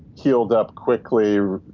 healed up quickly.